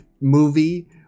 movie